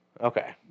Okay